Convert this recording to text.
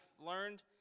learned